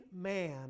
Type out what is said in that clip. man